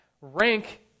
rank